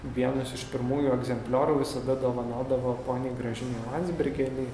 vienas iš pirmųjų egzempliorių visada dovanodavo poniai gražinai landsbergienei